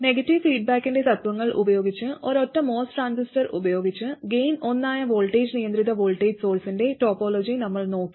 negative ഫീഡ്ബാക്കിന്റെ തത്ത്വങ്ങൾ ഉപയോഗിച്ച് ഒരൊറ്റ MOS ട്രാൻസിസ്റ്റർ ഉപയോഗിച്ച് ഗെയിൻ ഒന്നായ വോൾട്ടേജ് നിയന്ത്രിത വോൾട്ടേജ് സോഴ്സിന്റെ ടോപ്പോളജി നമ്മൾ നോക്കി